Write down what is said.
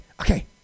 okay